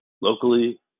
locally